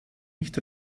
nicht